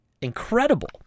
incredible